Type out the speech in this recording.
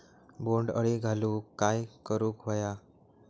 बोंड अळी घालवूक काय करू व्हया?